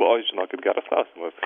oi žinokit geras klausimas